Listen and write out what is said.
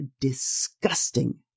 disgusting